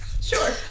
Sure